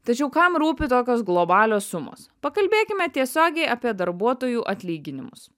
tačiau kam rūpi tokios globalios sumos pakalbėkime tiesiogiai apie darbuotojų atlyginimus